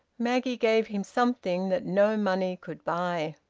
maggie gave him something that no money could buy.